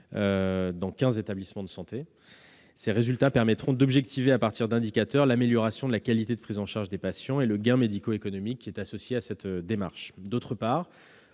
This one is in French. dans 15 établissements de santé. Ces résultats permettront d'objectiver, à partir d'indicateurs, l'amélioration de la qualité de prise en charge des patients et le gain médico-économique associé à cette démarche. D'autre part,